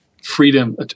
freedom